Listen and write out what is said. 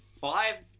five